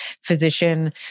physician